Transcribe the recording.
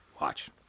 watch